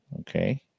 Okay